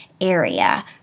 area